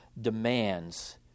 demands